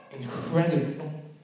incredible